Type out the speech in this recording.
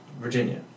Virginia